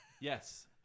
yes